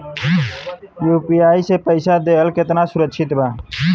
UPI से पईसा देहल केतना सुरक्षित बा?